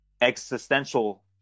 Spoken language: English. existential